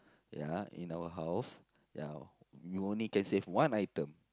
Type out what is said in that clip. ya in our house ya you only can save one item